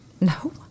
No